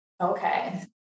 Okay